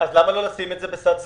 אז למה לא לשים את זה בסד זמנים?